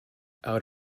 out